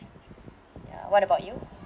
ya what about you